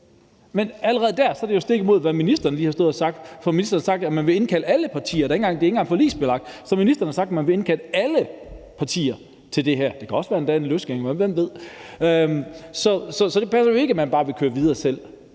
Men allerede der er det jo stik imod, hvad ministeren lige har stået og sagt, for ministeren har sagt, at man vil indkalde alle partier. Det er ikke engang forligsbelagt. Så ministeren har sagt, at man vil indkalde alle partier til det her; det kan endda også være en løsgænger – hvem ved? Så det passer jo ikke, at man bare vil køre videre selv,